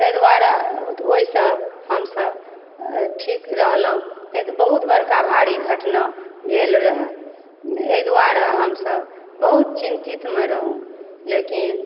ताहि दुआरे ओहिसँ हमसब ठीक रहलहुॅं निभूत बड़का भारी घटना भेल रहय एहि दुआरे हमसब बहुत चिन्तितमे रहुॅं लेकिन